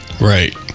Right